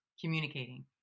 communicating